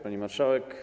Pani Marszałek!